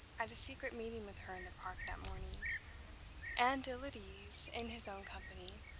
at a secret meeting with her in the park that morning and ill at ease in his own company,